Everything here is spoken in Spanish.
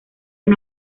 una